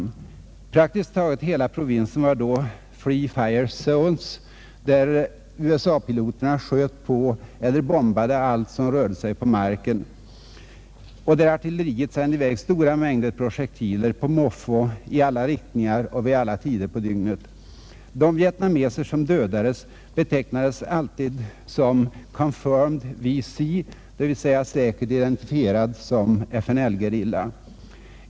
Praktisk taget hela provinsen var då ”free-fire zones”, där USA-piloterna sköt eller bombade allt' som rörde sig på marken och där artilleriet sände i väg stora mängder projektiler på måfå i alla riktningar och vid alla tider på dygnet. De vietnameser som dödades betecknades alltid som ”confirmed V.C.”, dvs. ”säkert identifierad” som FNL-gerilla.